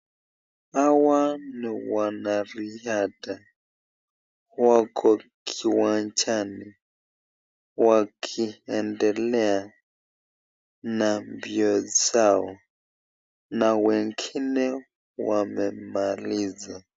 Hawa ni wanariadha. Wako kiwanjani wakiendelea na mbio zao na wengine wamemaliza.